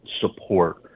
support